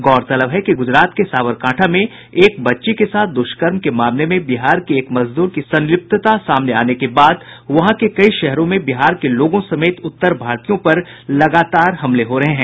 गौरतलब है कि गुजरात के सावरकांठा में एक बच्ची के साथ द्ष्कर्म के मामले में बिहार के एक मजदूर की संलिप्तता सामने आने के बाद वहां के कई शहरों में बिहार के लोगों समेत उत्तर भारतीयों पर लगातार हमले हो रहे हैं